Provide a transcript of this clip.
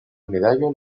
medalla